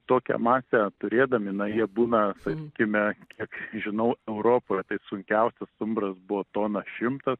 tokią masę turėdami na jie būna sakykime kiek žinau europoje tai sukiausias stumbras buvo tona šimtas